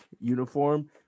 uniform